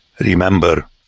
Remember